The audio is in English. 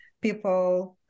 people